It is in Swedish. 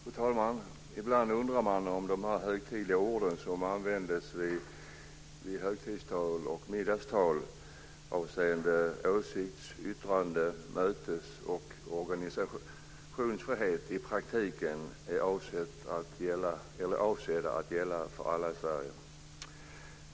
Fru talman! Ibland undrar man om de högtidliga ord som används i högtidstal och middagstal avseende åsiktsyttrande, mötes och organisationsfrihet i praktiken är avsedda att gälla för alla i Sverige.